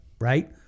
right